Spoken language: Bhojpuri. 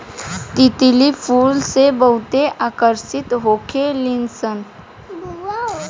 तितली फूल से बहुते आकर्षित होखे लिसन